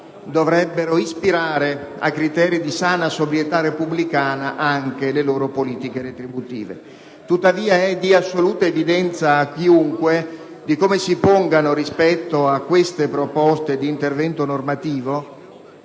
dovrebbero ispirare a criteri di sana sobrietà repubblicana anche le loro politiche retributive. È di assoluta evidenza a chiunque di noi come si pongano, rispetto a queste proposte di intervento normativo,